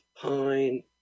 pine